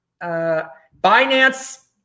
Binance